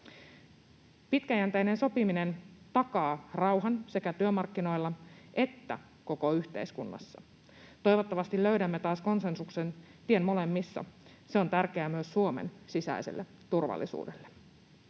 Pitkäjänteinen sopiminen takaa rauhan sekä työmarkkinoilla että koko yhteiskunnassa. Toivottavasti löydämme taas konsensuksen tien molemmissa. Se on tärkeää myös Suomen sisäiselle turvallisuudelle.